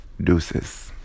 Deuces